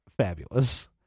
fabulous